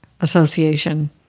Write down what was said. Association